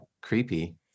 Creepy